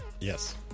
Yes